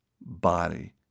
body